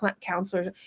counselors